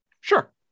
Sure